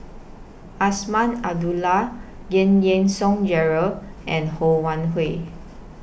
Azman Abdullah Giam Yean Song Gerald and Ho Wan Hui